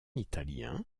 italien